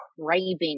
craving